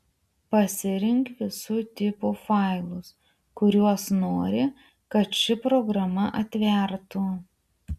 pasirink visų tipų failus kuriuos nori kad ši programa atvertų